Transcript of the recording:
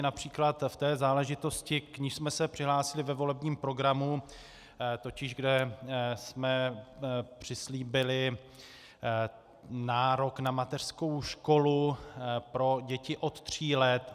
Například v té záležitosti, k níž jsme se přihlásili ve volebním programu, totiž že jsme přislíbili nárok na mateřskou školu pro děti od tří let.